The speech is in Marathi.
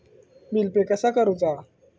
बिल पे कसा करुचा?